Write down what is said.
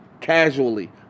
casually